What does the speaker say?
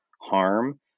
harm